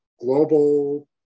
global